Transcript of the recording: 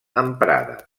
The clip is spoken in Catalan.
emprada